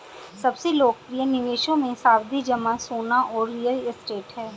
सबसे लोकप्रिय निवेशों मे, सावधि जमा, सोना और रियल एस्टेट है